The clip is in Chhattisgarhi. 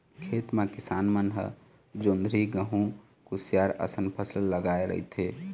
खेत म किसान मन ह जोंधरी, गहूँ, कुसियार असन फसल लगाए रहिथे